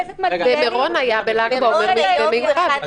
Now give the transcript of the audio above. חבר הכנסת מלכיאלי --- במירון היה בל"ג בעומר מתווה מיוחד.